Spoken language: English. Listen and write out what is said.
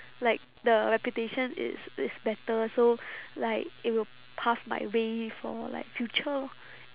like the reputation is is better so like it will path my way for like future lor